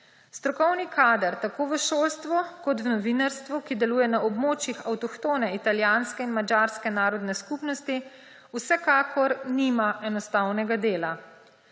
Strokovni kader tako v šolstvu kot v novinarstvu, ki deluje na območjih avtohtone italijanske in madžarske narodne skupnosti, vsekakor nima enostavnega dela.